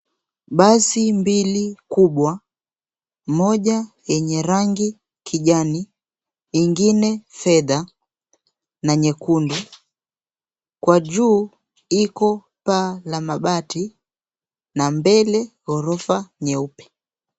Basi mbili kubwa, moja yenye rangi kijani, ingine fedha na nyekundu. Kwa juu iko paa la mabati na mbele ghorofa nyeupe.